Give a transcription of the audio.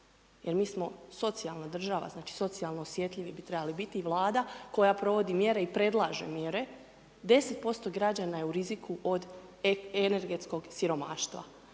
jer mi smo socijalna država, znači socijalno osjetljivi bi trebali biti i Vlada koja provodi mjere i predlaže mjere, 10% građana je u riziku od energetskog siromaštva.